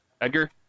Edgar